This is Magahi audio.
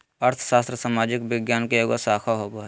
अर्थशास्त्र सामाजिक विज्ञान के एगो शाखा होबो हइ